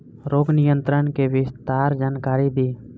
रोग नियंत्रण के विस्तार जानकारी दी?